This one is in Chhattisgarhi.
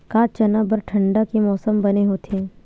का चना बर ठंडा के मौसम बने होथे?